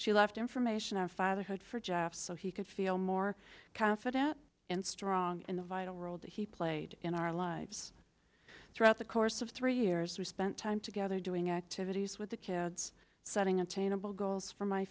she left information on fatherhood for jeff so he could feel more confident and strong in the vital role that he played in our lives throughout the course of three years we spent time together doing activities with the kids setting attainable goals for my